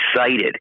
excited